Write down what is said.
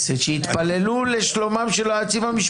שיתפללו לשלומם של היועצים המשפטיים,